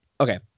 okay